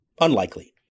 Unlikely